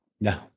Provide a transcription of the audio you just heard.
no